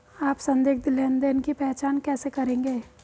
आप संदिग्ध लेनदेन की पहचान कैसे करेंगे?